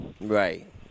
Right